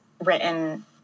written